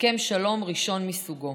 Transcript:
הסכם שלום ראשון מסוגו.